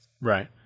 right